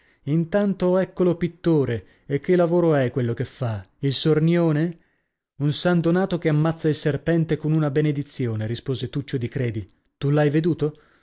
intanto eccolo pittore e che lavoro è quello che fa il sornione un san donato che ammazza il serpente con una benedizione rispose tuccio di credi tu l'hai veduto